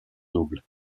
double